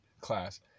class